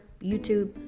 YouTube